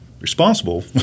responsible